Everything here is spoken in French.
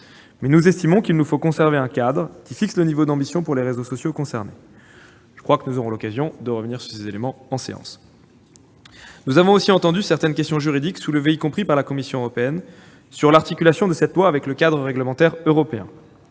mais nous estimons qu'il nous faut conserver un cadre qui fixe le niveau d'ambition pour les réseaux sociaux concernés. Nous aurons l'occasion de revenir sur ces éléments durant nos débats. Nous avons aussi entendu certaines questions juridiques soulevées notamment par la Commission européenne sur l'articulation de cette proposition de loi avec le cadre réglementaire européen.